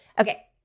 okay